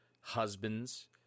husbands